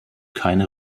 keine